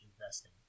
investing